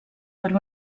per